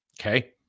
Okay